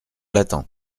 l’attend